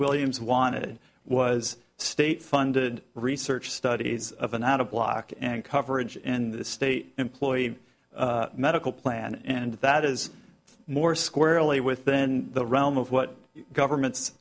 williams wanted was state funded research studies of a not a block and coverage in the state employee medical plan and that is more squarely within the realm of what governments